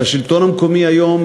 והשלטון המקומי היום,